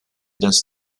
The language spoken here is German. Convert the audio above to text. das